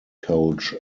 coach